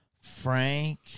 Frank